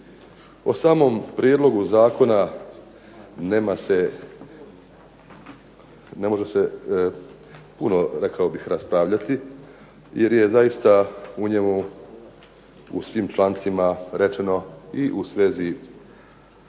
O samom prijedlogu zakona nema se, ne može se rekao bih puno raspravljati jer je zaista u njemu u svim člancima rečeno i u svezi